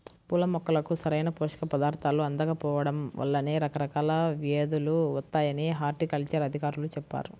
పూల మొక్కలకు సరైన పోషక పదార్థాలు అందకపోడం వల్లనే రకరకాల వ్యేదులు వత్తాయని హార్టికల్చర్ అధికారులు చెప్పారు